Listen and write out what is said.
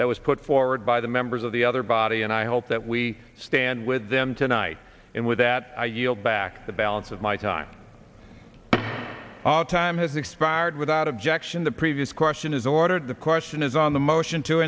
that was put forward by the members of the other body and i hope that we stand with them tonight and with that i yield back the balance of my time time has expired without objection the previous question is ordered the question is on the motion to